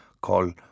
called